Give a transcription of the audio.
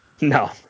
no